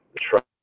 trust